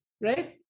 Right